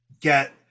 get